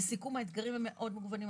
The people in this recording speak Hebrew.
לסיכום, האתגרים הם מאוד מגוונים.